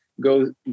go